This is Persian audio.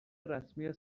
رسمی